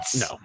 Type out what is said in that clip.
no